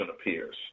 appears